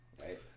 right